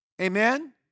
Amen